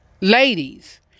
ladies